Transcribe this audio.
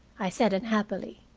i said unhappily.